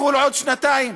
תחול עוד שנתיים.